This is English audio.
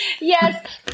Yes